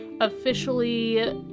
officially